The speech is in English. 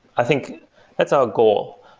i think that's our goal.